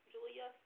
Julia